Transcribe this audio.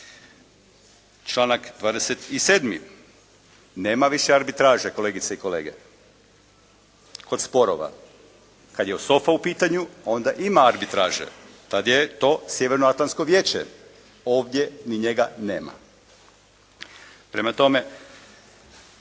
Članak 27. nema više arbitraže kolegice i kolege kod sporova. Kada je SOFA u pitanju onda ima arbitraže, tada je to Sjevernoatlantsko vijeće, ovdje ni njega nema. Prema tome